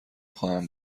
خواهم